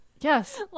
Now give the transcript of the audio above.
Yes